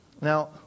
now